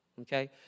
okay